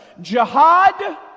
jihad